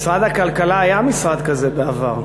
משרד הכלכלה, היה משרד כזה בעבר.